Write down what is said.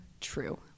true